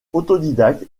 autodidacte